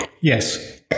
Yes